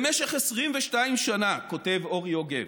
במשך 22 שנים", כותב אורי יוגב,